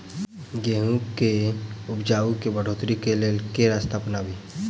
गेंहूँ केँ उपजाउ केँ बढ़ोतरी केँ लेल केँ रास्ता अपनाबी?